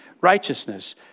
righteousness